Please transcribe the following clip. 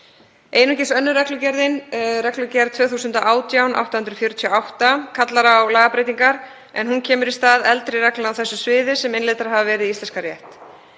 Einungis önnur reglugerðin, reglugerð (ESB) 2018/848, kallar á lagabreytingar, en hún kemur í stað eldri reglna á þessu sviði sem innleiddar hafa verið í íslenskan rétt.